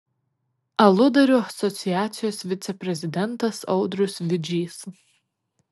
aludarių asociacijos viceprezidentas audrius vidžys